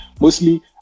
mostly